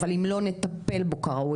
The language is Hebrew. אבל אם לא נטפל בו כראוי,